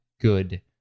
good